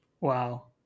wow